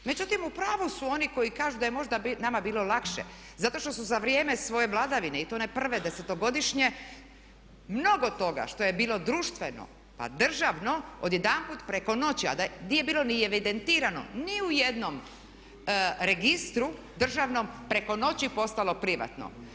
Međutim u pravu su oni koji kažu da je možda nama bilo lakše zato što su za vrijeme svoje vladavine i to one prve desetogodišnje, mnogo toga što je bilo društveno, pa državno odjedanput preko noći a da nije bilo ni evidentirano ni u jednom registru, državnom, preko noći postalo privatno.